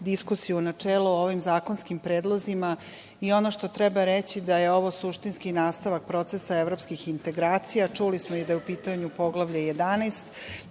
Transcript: diskusije u načelu o ovim zakonskim predlozima. Ono što treba reći je da je ovo suštinski nastavak procesa evropskih integracija. Čuli smo i da je u pitanju Poglavlje 11